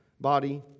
body